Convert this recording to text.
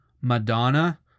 Madonna